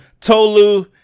Tolu